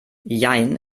jein